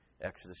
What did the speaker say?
Exodus